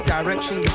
Direction